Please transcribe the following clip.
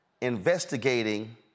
investigating